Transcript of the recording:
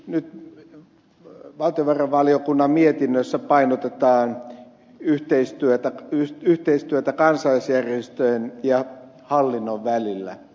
nyt valtiovarainvaliokunnan mietinnössä painotetaan yhteistyötä kansalaisjärjestöjen ja hallinnon välillä